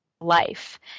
life